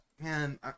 Man